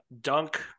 dunk